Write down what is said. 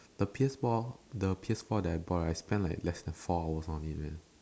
the P_S-four the P_S-four that I bought right spend like less than four hours on it man